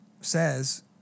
says